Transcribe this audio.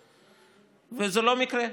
זה לא מקרה.